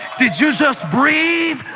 did you just breathe?